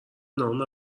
نام